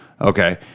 Okay